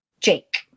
Jake